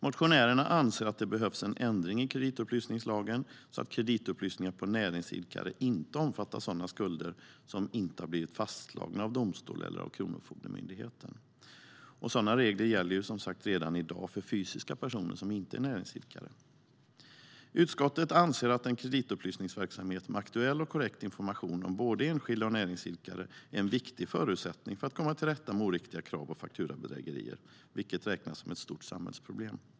Motionärerna anser att det behövs en ändring i kreditupplysningslagen så att kreditupplysningar på näringsidkare inte omfattar sådana skulder som inte blivit fastslagna av domstol eller av Kronofogdemyndigheten. Sådana regler gäller som sagt redan i dag för fysiska personer som inte är näringsidkare. Utskottet anser att en kreditupplysningsverksamhet med aktuell och korrekt information om både enskilda och näringsidkare är en viktig förutsättning för att komma till rätta med oriktiga krav och fakturabedrägerier, vilka räknas som ett stort samhällsproblem.